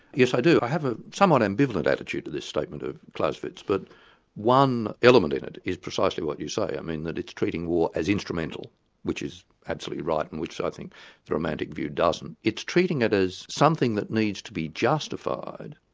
yes i do. i have a somewhat ambivalent attitude to this statement of clausewitz, but one element in it is precisely what you say, i mean that it's treating war as instrumental which is absolutely right and which i think the romantic view doesn't. it's treating it as something that needs to be justified,